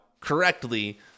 correctly